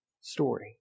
story